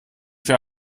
für